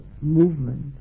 movement